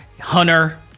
Hunter